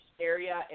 area